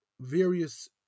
various